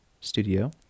studio